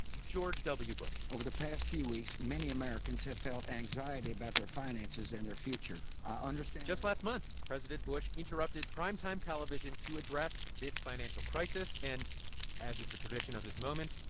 george w. bush over the past few weeks, many americans have felt anxiety about their finances and their future. i understand. just last month, president bush interrupted primetime television to address this financial crisis. and as is the tradition of this moment,